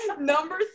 number